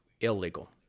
Illegal